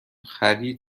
خرید